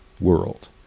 world